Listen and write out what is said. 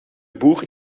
boer